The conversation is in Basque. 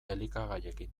elikagaiekin